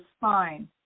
fine